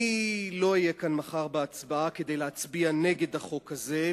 אני לא אהיה כאן מחר בהצבעה כדי להצביע נגד החוק הזה,